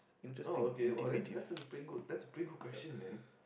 oh okay well that's that's pretty good that's pretty question man